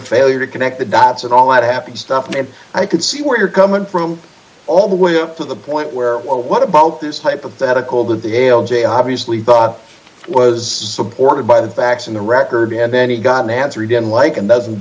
failure to connect the dots and all that happens stuff and i can see where you're coming from all the way up to the point where what about this hypothetical that the gale j obviously thought was supported by the facts in the record and then he got an answer he didn't like and doesn't